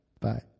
Bye